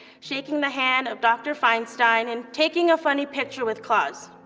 shaking the hand of dr. feinstein and taking a funny picture with claws.